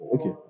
Okay